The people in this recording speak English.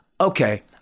Okay